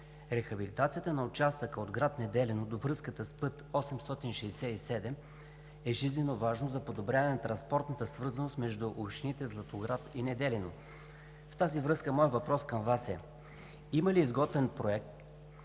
Рехабилитацията на участъка от град Неделино до връзката с път ІІІ-867 е жизненоважна за подобряване транспортната свързаност между общините Златоград и Неделино. В тази връзка моят въпрос към Вас е: има ли изготвен проект